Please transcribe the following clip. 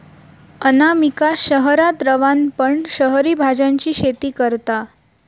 अनामिका शहरात रवान पण शहरी भाज्यांची शेती करता